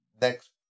next